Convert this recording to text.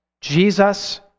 Jesus